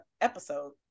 episode